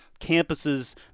campuses